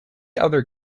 other